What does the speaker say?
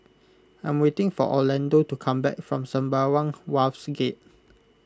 I am waiting for Orlando to come back from Sembawang Wharves Gate